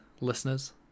listeners